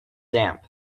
damp